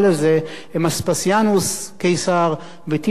הם אספסיאנוס קיסר וטיטוס קיסר.